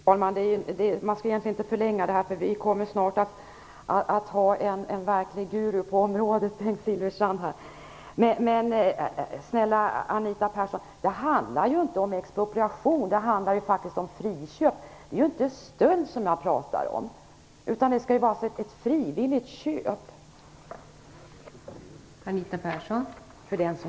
Fru talman! Man skall egentligen inte förlänga diskussionen, eftersom en verklig guru på området, Bengt Silfverstrand, snart kommer att gå upp i debatten. Men, snälla Anita Persson, det handlar inte om expropriation, det handlar faktiskt om friköp. Det är inte stöld jag pratar om, utan det skall vara ett frivilligt köp, för den som vill köpa.